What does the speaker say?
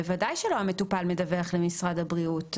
בוודאי שלא המטופל מדווח למשרד הבריאות,